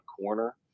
corner